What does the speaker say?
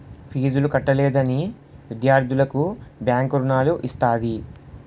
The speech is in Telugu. ఫీజులు కట్టలేని విద్యార్థులకు బ్యాంకు రుణాలు ఇస్తది